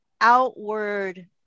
outward